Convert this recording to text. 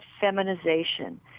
feminization